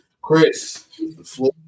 Chris